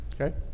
Okay